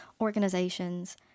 organizations